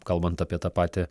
kalbant apie tą patį